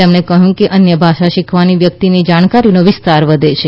તેમણે કહ્યું કે અન્યભાષા શીખવાની વ્યક્તિની જાણકારીનો વિસ્તાર વધે છે